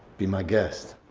be my guest.